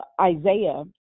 Isaiah